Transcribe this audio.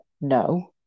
no